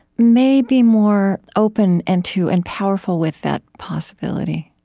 may be more open and to and powerful with that possibility,